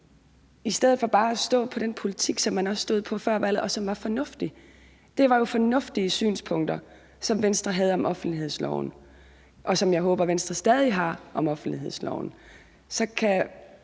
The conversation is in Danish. i stedet for bare at stå på den politik, som man også stod på før valget, og som var fornuftig. Det var jo fornuftige synspunkter, som Venstre havde om offentlighedsloven, og som jeg håber Venstre stadig har. Så kan